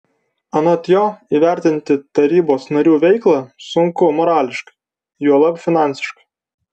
anot jo įvertinti tarybos narių veiklą sunku morališkai juolab finansiškai